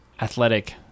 athletic